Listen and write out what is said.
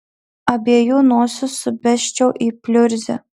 abiejų nosis subesčiau į pliurzę